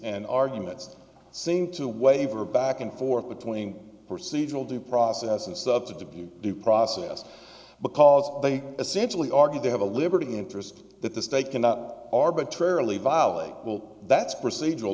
and arguments seem to waver back and forth between procedural due process and subject of you due process because they essentially argue they have a liberty interest that the state cannot arbitrarily violate will that's procedural